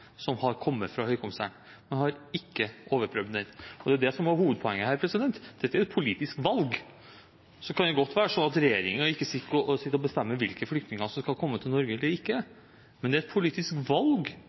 som har kommet fra Høykommissæren. Man har ikke overprøvd dem. Det er det som var hovedpoenget her. Dette er jo et politisk valg. Så kan det godt være sånn at regjeringen sitter og bestemmer hvilke flyktninger som skal komme til Norge eller